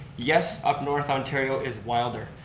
yes, up north ontario is wilder.